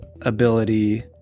ability